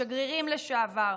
שגרירים לשעבר,